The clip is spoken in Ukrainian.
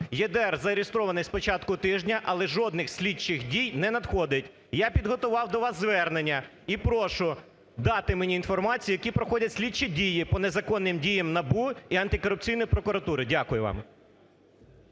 ЄРДР зареєстрований з початку тижня, але жодних слідчих дій не надходить. І підготував до вас звернення і прошу дати мені інформацію, які проходять слідчі дії по незаконним діям НАБУ і антикорупційної прокуратури. Дякую вам.